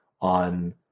on